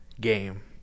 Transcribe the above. game